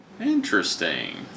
Interesting